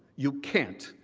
you can't.